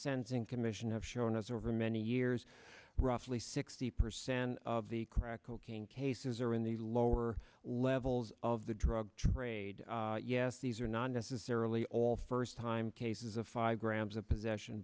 sensing commission have shown us over many years roughly sixty percent of the crack cocaine cases are in the lower levels of the drug trade yes these are not necessarily all first time cases of five grams of possession